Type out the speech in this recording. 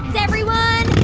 everyone.